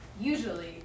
usually